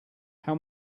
how